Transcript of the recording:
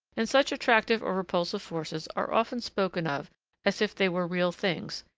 and such attractive or repulsive forces are often spoken of as if they were real things,